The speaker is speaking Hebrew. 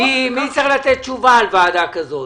מי צריך לתת תשובה על ועדה כזאת?